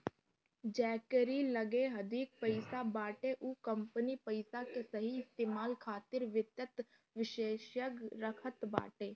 जेकरी लगे अधिक पईसा बाटे उ अपनी पईसा के सही इस्तेमाल खातिर वित्त विशेषज्ञ रखत बाटे